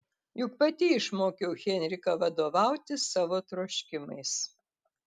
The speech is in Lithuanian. juk pati išmokiau henriką vadovautis savo troškimais